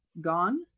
gone